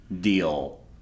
deal